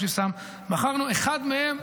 בחרנו אחד מהם,